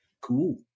Cool